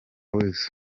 weasel